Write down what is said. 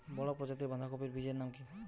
বড় প্রজাতীর বাঁধাকপির বীজের নাম কি?